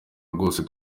rwose